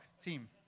team